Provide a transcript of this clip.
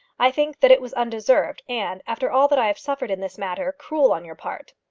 i think that it was undeserved, and, after all that i have suffered in this matter, cruel on your part.